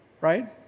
right